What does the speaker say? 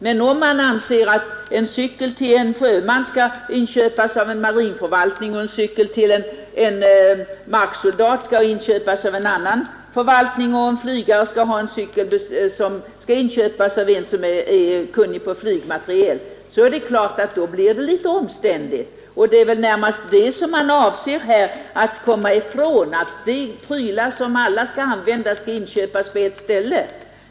Men om man anser att en cykel till en sjöman skall inköpas av en marinförvaltning, en cykel till en marksoldat av en annan förvaltning och en cykel till en flygare av en förvaltning med sakkunskap om flygmateriel, då blir det naturligtvis omständligt, och det är väl närmast det man avser att komma ifrån: De prylar som alla skall använda skall inköpas på ett ställe.